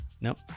Nope